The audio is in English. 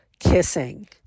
kissing